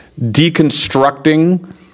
deconstructing